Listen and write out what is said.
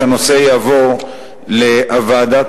מה מציע אדוני השר?